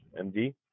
MD